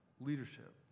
leadership